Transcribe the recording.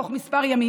בתוך כמה ימים,